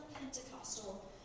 Pentecostal